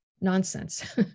nonsense